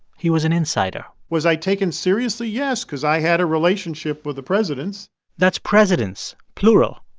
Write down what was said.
he was an insider was i taken seriously? yes because i had a relationship with the presidents that's presidents plural.